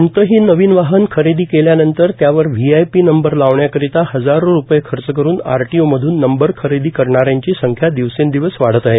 कोणतेही नवीन वाहन खरेदी केल्यानंतर त्यावर व्हीआयपी नंबर लावण्याकरिता हजारो रुपये खर्च करून आरटीओ मधन नंबर खरेदी करणाऱ्यांची संख्या दिवसेंदिवस वाढत आहे